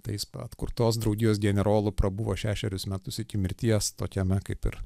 tai jis atkurtos draugijos generolu prabuvo šešerius metus iki mirties tokiame kaip ir